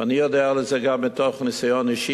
ואני יודע על זה גם מתוך ניסיון אישי